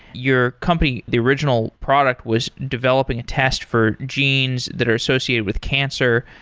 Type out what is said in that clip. your company, the original product was developing a test for genes that are associated with cancer.